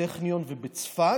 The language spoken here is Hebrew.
בטכניון ובצפת,